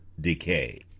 decay